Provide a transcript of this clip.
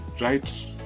Right